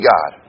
God